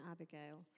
Abigail